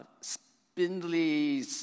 spindly